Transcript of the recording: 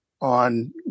on